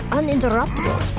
uninterruptible